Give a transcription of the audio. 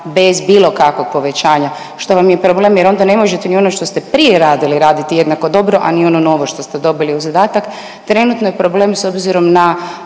bez bilo kakvog povećanja što vam je problem jer onda ne možete ni ono što ste prije radili raditi jednako dobro, a ni ono što ste dobili u zadatak. Trenutno je problem s obzirom na